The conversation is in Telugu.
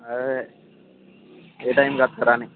అదే ఏ టైంకి వస్తారు అని